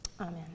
Amen